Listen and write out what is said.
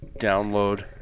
Download